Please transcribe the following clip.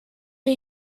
wir